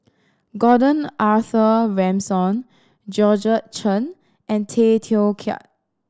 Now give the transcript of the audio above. Gordon Arthur Ransome Georgette Chen and Tay Teow Kiat